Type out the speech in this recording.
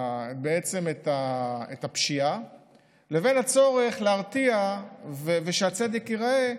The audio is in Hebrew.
בעצם את הפשיעה לבין הצורך להרתיע ושהצדק ייראה,